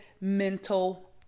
mental